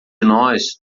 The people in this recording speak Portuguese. nós